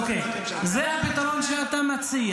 אוקיי, זה הפתרון שאתה מציע?